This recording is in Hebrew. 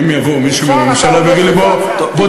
אם יבוא מישהו מהממשלה ויגיד לי: בוא,